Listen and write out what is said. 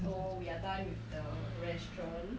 so we are done with the restaurant